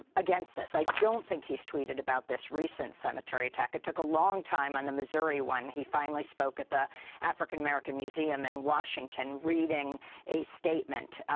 against this? i don't think he's tweeted about this recent cemetery attack. it took a long time on the missouri one. he finally spoke at the african american museum in washington, reading a statement,